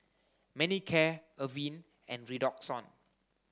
Manicare Avene and Redoxon